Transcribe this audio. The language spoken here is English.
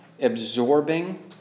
absorbing